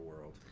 world